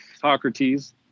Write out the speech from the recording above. Socrates